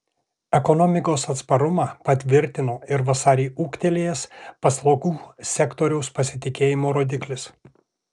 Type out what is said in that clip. ekonomikos atsparumą patvirtino ir vasarį ūgtelėjęs paslaugų sektoriaus pasitikėjimo rodiklis